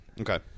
okay